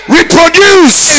Reproduce